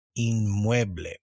inmueble